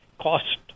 cost